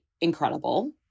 incredible